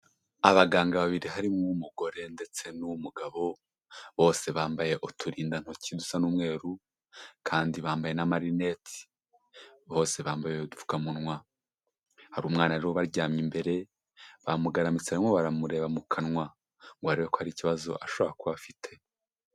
Abaganga babiri harimo uw'umugore ndetse n'uw'umugabo bose bambaye uturindantoki dusa n'umweru kandi bambaye n'amarinete. Bose bambaye udupfukamunwa. Hari umwana rero ubaryamye imbere, bamugaramitse barimo baramureba mu kanwa ngo barebe ko hari ikibazo ashobora kuba afite.